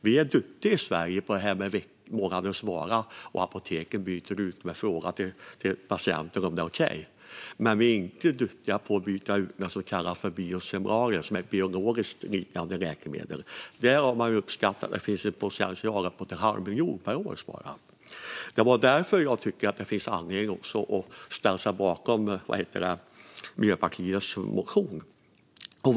Vi är duktiga i Sverige på det här med månadens vara, och apoteken frågar kunder om det är okej att byta. Men vi är inte duktiga på att byta ut det som kallas biosimilarer, som är biologiskt liknande läkemedel. Där har man uppskattat att det finns potential att spara uppemot en halv miljon per år. Det var därför jag tyckte att det fanns anledning att ställa sig bakom Miljöpartiets motion.